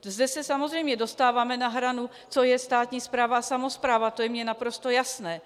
Zde se samozřejmě dostáváme na hranu, co je státní správa a samospráva, to je mně naprosto jasné.